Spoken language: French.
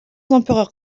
empereurs